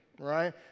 right